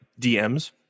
DMs